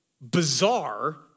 bizarre